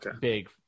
big